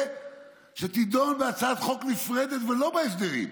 תידון בהצעת חוק נפרדת ולא בהסדרים.